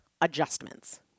adjustments